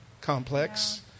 complex